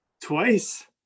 twice